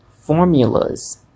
formulas